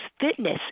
fitness